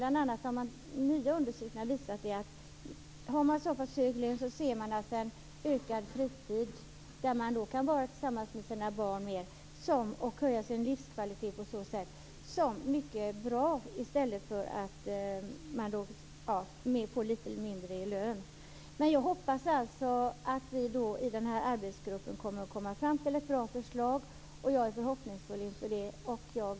Bl.a. har nya undersökningar visat att den som har en hög lön värderar en ökad fritid som gör att man kan vara mera tillsammans med sina barn och höja sin livskvalitet, även om man får lite mindre i lön. Jag hoppas att vi i arbetsgruppen skall komma fram till ett bra förslag.